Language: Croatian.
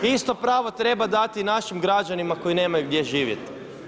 Isto pravo treba dati i našim građanima koji nemaju gdje živjeti.